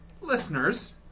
Listeners